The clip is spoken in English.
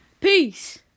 Peace